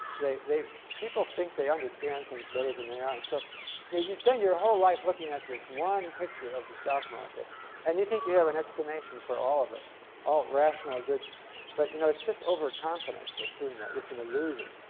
they they people think they understand things better than they ah and so yeah do. you spend your whole life looking at this one picture of the stock market and you think you have an explanation for all of it all rational good but you know it's just over-confidence that's doing that it's an illusion.